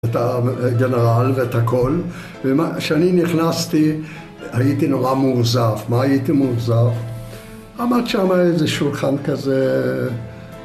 את הגנרל ואת הכל וכשאני נכנסתי הייתי נורא מאוכזב מה הייתי מאוכזב? עמד שם איזה שולחן כזה